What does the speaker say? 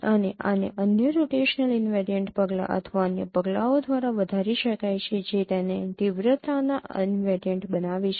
અને આને અન્ય રોટેશનલ ઈનવેરિયન્ટ પગલાં અથવા અન્ય પગલાઓ દ્વારા વધારી શકાય છે જે તેને તીવ્રતાના ઈનવેરિયન્ટ બનાવે છે